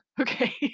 Okay